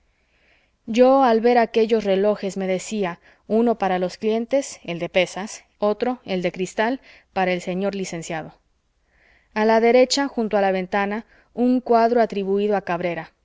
yo al ver aquellos relojes me decía uno para los clientes el de pesas otro el de cristal para el señor licenciado a la derecha junto a la ventana un cuadro atribuído a cabrera